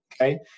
okay